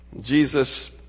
Jesus